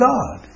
God